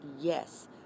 Yes